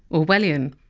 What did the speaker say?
orwellian.